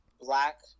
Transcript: Black